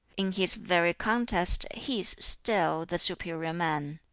in his very contest he is still the superior man.